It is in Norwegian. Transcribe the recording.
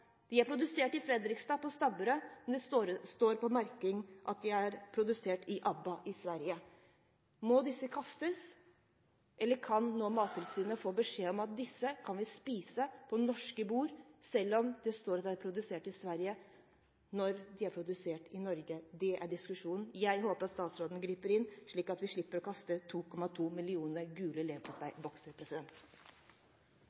De er produsert i Fredrikstad hos Stabburet, men det står på merkingen at de er produsert hos Abba i Sverige. Må disse kastes? Eller kan Mattilsynet få beskjed om at vi kan spise disse på norske bord selv om det står at de er produsert i Sverige i stedet for i Norge. Det er diskusjonen. Jeg håper at statsråden griper inn slik at vi slipper å kaste 2,2